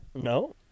No